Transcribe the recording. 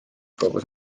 kogus